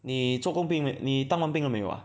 你做过兵你当完兵了没有 ah